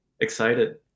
excited